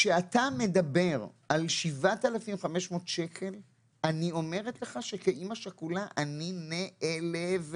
כשאתה מדבר על 7,500 שקל אני אומרת לך שכאמא שכולה אני נעלבת.